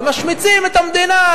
ומשמיצים את המדינה,